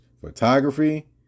photography